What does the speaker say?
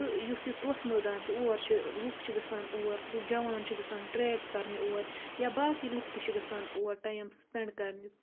تہٕ یُس یہِ توسہٕ مٲدان چھُ اور چھِ لُکھ چھِ گژھان اور جوان چھِ گژھان ٹرٛیک کَرنہِ اور یا باقٕے لُکھ تہِ چھِ گژھان اور ٹایِم سٕپٮ۪نٛڈ کَرنہِ